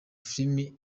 filimi